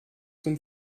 zum